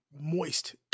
moist